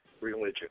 religion